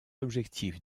objectifs